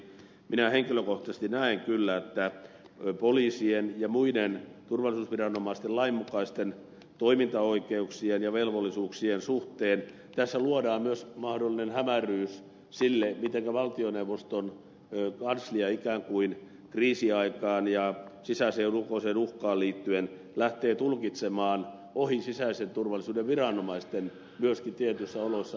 minä henkilökohtaisesti näen kyllä että poliisien ja muiden turvallisuusviranomaisten lainmukaisten toimintaoikeuksien ja velvollisuuksien suhteen tässä luodaan myös mahdollinen hämäryys sille mitenkä valtioneuvoston kanslia ikään kuin kriisiaikaan ja sisäiseen ja ulkoiseen uhkaan liittyen lähtee tulkitsemaan ohi sisäisen turvallisuuden viranomaisten myöskin tietyissä oloissa asioita